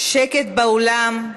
שקט באולם.